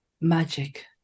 magic